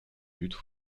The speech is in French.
lutte